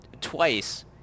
twice